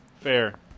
Fair